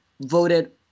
voted